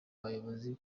abayobozi